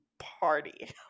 Party